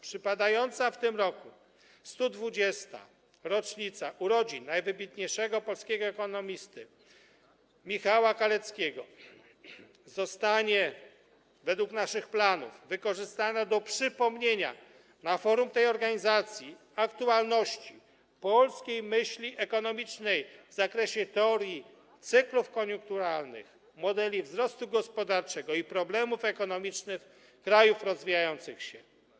Przypadająca w tym roku 120. rocznica urodzin najwybitniejszego polskiego ekonomisty Michała Kaleckiego zostanie według naszych planów wykorzystana do przypomnienia na forum tej organizacji aktualności polskiej myśli ekonomicznej w zakresie teorii cyklów koniunkturalnych, modeli wzrostu gospodarczego i problemów ekonomicznych krajów rozwijających się.